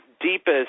deepest